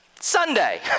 Sunday